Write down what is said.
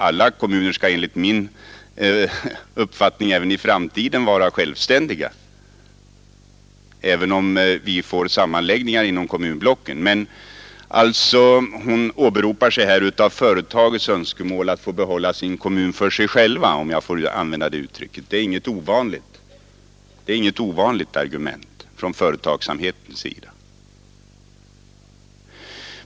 Alla kommuner skall enligt min uppfattning även i framtiden vara självständiga, även om vi får sammanläggningar inom kommunblocken. Fru Jonäng åberopar — om jag får använda det uttrycket -— företagens önskemål att få behålla sin kommun för sig själva. Det är inget ovanligt argument från företagsamhetens sida.